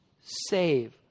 save